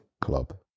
club